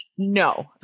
No